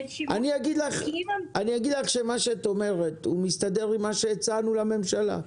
מה שאת אומרת מתיישב עם מה שהצענו לממשלה.